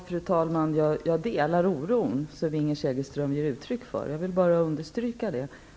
Fru talman! Jag delar den oro som Inger Segelström ger uttryck för. Jag vill understryka det.